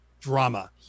drama